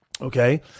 Okay